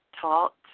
taught